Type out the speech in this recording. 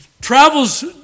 Travels